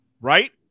Right